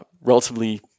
relatively